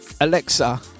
Alexa